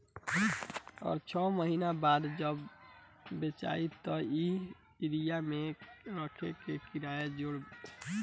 अगर छौ महीना बाद जब बेचायी त ए एरिया मे रखे के किराया जोड़ के बेची ह